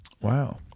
Wow